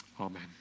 Amen